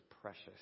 precious